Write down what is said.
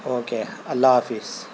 okay اللہ حافظ